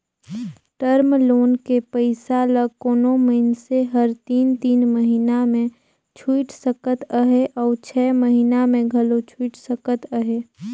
term loan के पइसा ल कोनो मइनसे हर तीन तीन महिना में छुइट सकत अहे अउ छै महिना में घलो छुइट सकत अहे